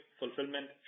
fulfillment